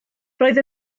roedd